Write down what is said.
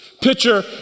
Picture